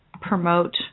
promote